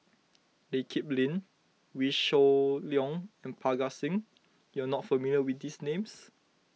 Lee Kip Lin Wee Shoo Leong and Parga Singh you are not familiar with these names